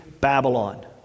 Babylon